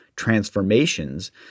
transformations